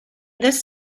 this